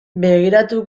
begiratu